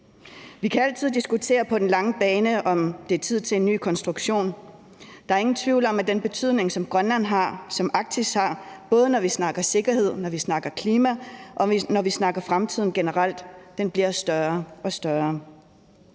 Vi kan altid diskutere på den lange bane, om det er tid til en ny konstruktion. Der er ingen tvivl om, at den betydning, som Grønland har, og som Arktis har, både når vi snakker sikkerhed, når vi snakker klima, og når vi snakker fremtiden generelt, bliver større og større.